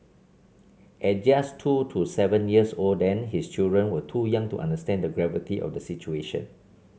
at just two to seven years old then his children were too young to understand the gravity of the situation